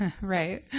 Right